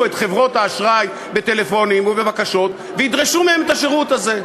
את חברות האשראי בטלפונים ובבקשות וידרשו מהם את השירות הזה.